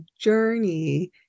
journey